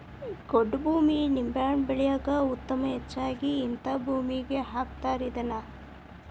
ಗೊಡ್ಡ ಭೂಮಿ ನಿಂಬೆಹಣ್ಣ ಬೆಳ್ಯಾಕ ಉತ್ತಮ ಹೆಚ್ಚಾಗಿ ಹಿಂತಾ ಭೂಮಿಗೆ ಹಾಕತಾರ ಇದ್ನಾ